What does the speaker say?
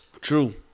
True